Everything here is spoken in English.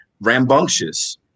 rambunctious